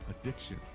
addiction